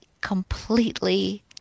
completely